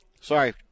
sorry